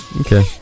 okay